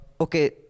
okay